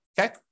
okay